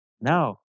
now